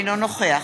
אינו נוכח